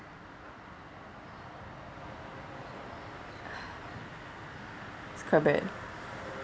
it's quite bad